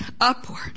upward